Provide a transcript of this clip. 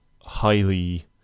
highly